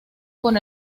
con